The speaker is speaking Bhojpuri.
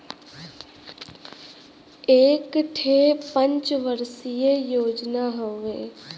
एक ठे पंच वर्षीय योजना हउवे